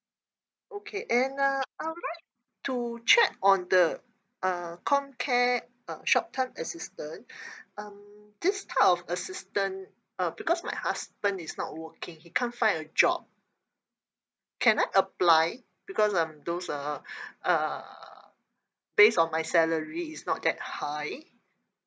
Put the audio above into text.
okay and uh I'd like to check on the uh comcare uh short term assistance um this type of assistance uh because my husband is not working he can't find a job can I apply because um those uh uh based on my salary is not that high